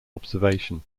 observation